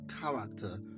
character